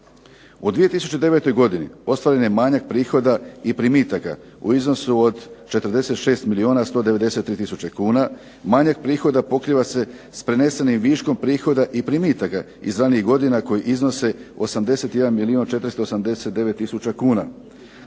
U 2009. godini ostvaren je manjak prihoda i primitaka u iznosu od 46 milijuna 193 tisuće kuna. Manjak prihoda pokriva se s prenesenim viškom prihoda i primitaka iz ranijih godina koji iznose 81 milijun 489 tisuća kuna.